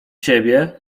ciebie